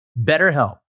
BetterHelp